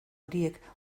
horiek